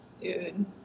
dude